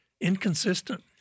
inconsistent